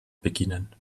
beginnen